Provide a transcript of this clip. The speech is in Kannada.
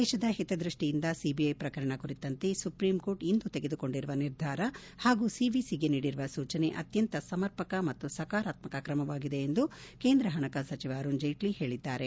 ದೇಶದ ಹಿತದೃಷ್ಟಿಯಿಂದ ಸಿಬಿಐ ಪ್ರಕರಣ ಕುರಿತಂತೆ ಸುಪ್ರೀಂಕೋರ್ಟ್ ಇಂದು ತೆಗೆದುಕೊಂಡಿರುವ ನಿರ್ಧಾರ ಹಾಗೂ ಸಿವಿಸಿಗೆ ನೀಡಿರುವ ಸೂಚನೆ ಅತ್ಯಂತ ಸಮರ್ಪಕ ಮತ್ತು ಸಕಾರಾತ್ಮಕ ಕ್ರಮವಾಗಿದೆ ಎಂದು ಕೇಂದ್ರ ಹಣಕಾಸು ಸಚಿವ ಅರುಣ್ ಜೇಟ್ಲ ಹೇಳಿದ್ದಾರೆ